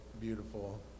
beautiful